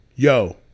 Yo